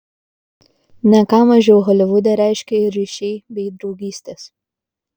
ne ką mažiau holivude reiškia ir ryšiai bei draugystės